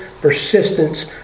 persistence